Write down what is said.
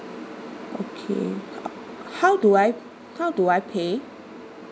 okay how do I how do I pay